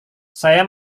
saya